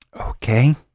Okay